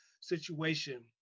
situation